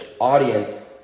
audience